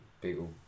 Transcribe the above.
people